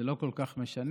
זה לא כל כך משנה,